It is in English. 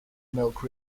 milk